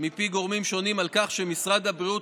מפי גורמים שונים על כך שמשרד הבריאות